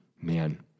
man